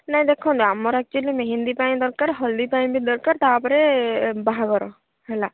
ନାଇଁ ଦେଖନ୍ତୁ ଆମର ଅକ୍ଚୁଆଲି ମେହେନ୍ଦୀ ପାଇଁ ଦରକାର ହଳଦୀ ପାଇଁ ବି ଦରକାର ତା'ପରେ ବାହାଘର ହେଲା